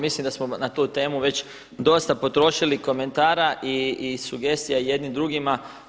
Mislim da smo na tu temu već dosta potrošili komentara i sugestija jedni drugima.